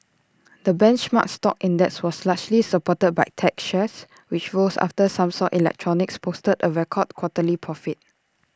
the benchmark stock index was largely supported by tech shares which rose after Samsung electronics posted A record quarterly profit